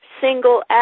single